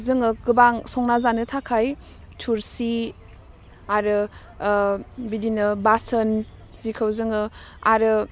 जोङो गोबां संना जानो थाखाय थुरसि आरो ओह बिदिनो बासोन जिखौ जोङो आरो